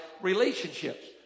relationships